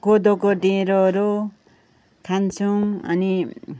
कोदोको ढेँडोहरू खान्छौँ अनि